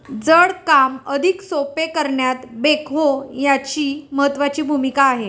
जड काम अधिक सोपे करण्यात बेक्हो यांची महत्त्वाची भूमिका आहे